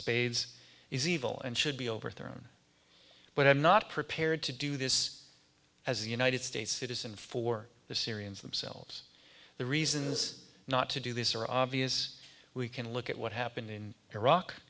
spades is evil and should be overthrown but i'm not prepared to do this as the united states citizen for the syrians themselves the reasons not to do this are obvious we can look at what happened in iraq